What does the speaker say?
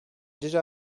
déjà